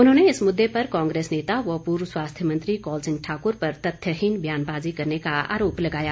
उन्होंने इस मुददे पर कांग्रेस नेता व पूर्व स्वास्थ्य मंत्री कौल सिंह ठाकुर पर तथ्यहीन बयानबाजी करने का अरोप लगाया